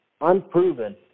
unproven